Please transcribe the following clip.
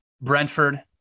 Brentford